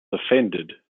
offended